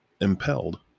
impelled